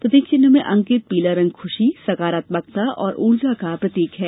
प्रतीक चिह्न में अंकित पीला रंग खुशी सकारात्मकता और ऊर्जा का प्रतीक है